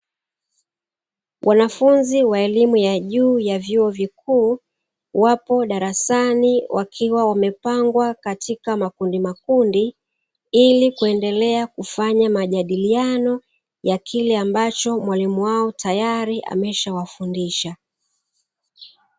Wanafunzi wa elimu ya juu ya vyuo vikuu wapobdarasani wakiwa wamepangwa makundimakundi ili kujadiliana kile ambacho mwalimu amewafundisha